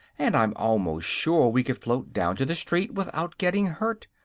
and i'm almost sure we could float down to the street without getting hurt.